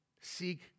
Seek